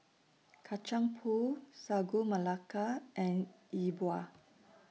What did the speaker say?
Kacang Pool Sagu Melaka and Yi Bua